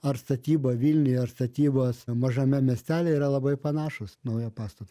ar statyba vilniuj ar statybos mažame miestelyje yra labai panašūs naujo pastato